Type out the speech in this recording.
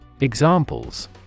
Examples